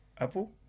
Apple